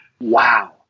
Wow